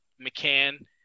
McCann